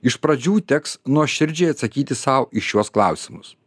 iš pradžių teks nuoširdžiai atsakyti sau į šiuos klausimus